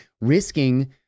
risking